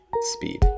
speed